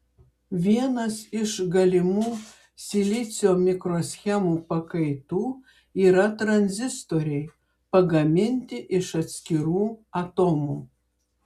vienas iš galimų silicio mikroschemų pakaitų yra tranzistoriai pagaminti iš atskirų atomų